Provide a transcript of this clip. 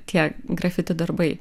tie grafiti darbai